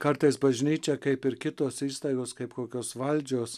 kartais bažnyčia kaip ir kitos įstaigos kaip kokios valdžios